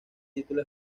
título